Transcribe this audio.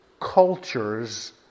cultures